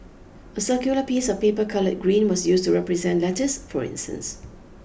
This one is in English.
a circular piece of paper coloured green was used to represent lettuce for instance